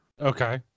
Okay